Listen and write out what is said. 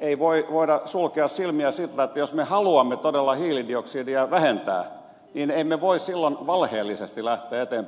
ei voida sulkea silmiä siltä että jos me haluamme todella hiilidioksidia vähentää niin emme voi silloin valheellisesti lähteä eteenpäin